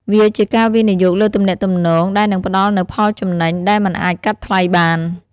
វាជាការវិនិយោគលើទំនាក់ទំនងដែលនឹងផ្តល់នូវផលចំណេញដែលមិនអាចកាត់ថ្លៃបាន។